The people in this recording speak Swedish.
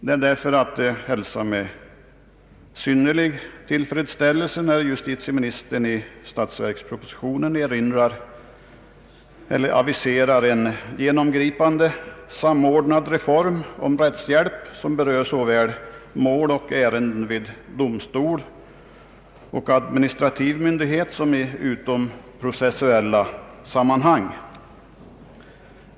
Det är därför att hälsa med synnerlig tillfredsställelse när justitieministern i statsverkspropositionen aviserar en genomgripande, samordnad reform om rättshjälp, som berör såväl mål eller ärenden vid domstol och administrativ myndighet som i utomprocessuella sammanhansg.